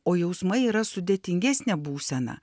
o jausmai yra sudėtingesnė būsena